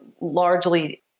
largely